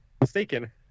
mistaken